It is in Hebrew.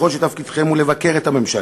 כולל אלו שהיו בתפקידים גם בקדנציה הקודמת.